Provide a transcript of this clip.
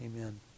amen